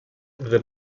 that